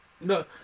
No